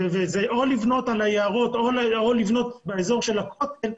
וזה או לבנות על היערות או לבנות באזור של הכותל,